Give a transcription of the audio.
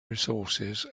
resources